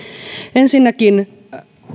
ensinnäkin